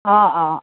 অঁ অঁ